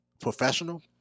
professional